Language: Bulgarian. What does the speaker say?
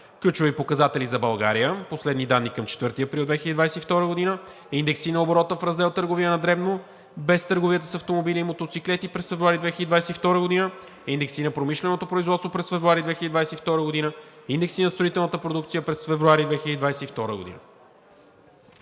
„Ключови показатели за България“ – последни данни към 4 април 2022 г.; „Индекси на оборота в Раздел „Търговия на дребно“, без търговията с автомобили и мотоциклети през февруари 2022 г.“; „Индекси на промишленото производство през февруари 2022 г.“; „Индекси на строителната продукция през февруари 2022 г.“